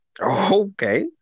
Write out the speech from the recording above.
Okay